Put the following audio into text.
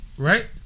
Right